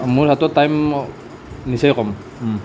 মোৰ হাতত টাইম নিচেই কম